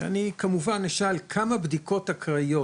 אני כמובן אשאל כמה בדיקות אקראיות,